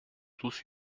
tous